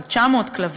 על 900 כלבים,